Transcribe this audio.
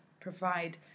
provide